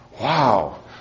Wow